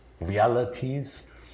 realities